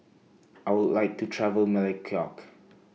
I Would like to travel Melekeok